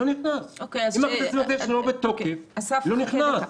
אם הכרטיס המגנטי שלו לא בתוקף, הוא לא נכנס.